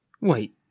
Wait